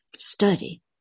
Study